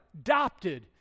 adopted